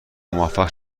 موفق